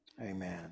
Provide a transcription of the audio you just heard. Amen